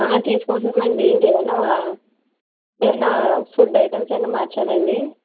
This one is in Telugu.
తీసుకొస్తుందండి ఇంకేమన్నా ఎమన్నా ఫుడ్ ఐటెమ్స్ ఏమైనా మార్చాలండి